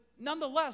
nonetheless